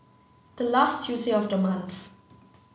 the last Tuesday of the month